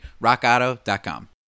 Rockauto.com